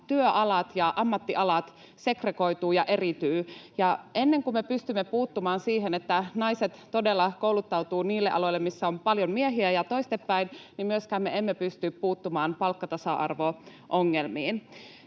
työalat ja ammattialat segregoituvat ja eriytyvät. Ja ennen kuin me pystymme puuttumaan niin, että naiset todella kouluttautuvat niille aloille, missä on paljon miehiä, ja toistepäin, niin me emme myöskään pysty puuttumaan palkkatasa-arvo-ongelmiin.